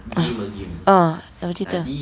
ah ah apa cerita